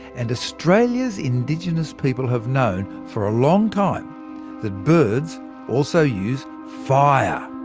and australia's indigenous people have known for a long time that birds also use fire.